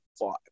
five